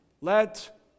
let